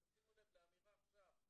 ותשימו לב לאמירה עכשיו,